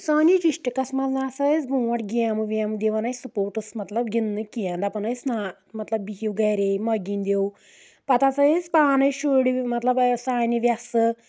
سٲنِس ڈِسٹرِکس منٛز نَسا ٲسۍ برونٹھ گیمہٕ ویمہٕ دِوان ٲسۍ سپوٹس مطلب گندنہٕ کینٛہہ دَپان ٲسۍ نا مطلب بِہِو گرے مہ گِندِو پَتہٕ ہسا ٲسۍ پانَے شُرۍ مطلب سانہِ وؠسہٕ